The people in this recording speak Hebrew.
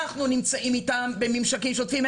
אנחנו נמצאים איתם בממשקים שוטפים.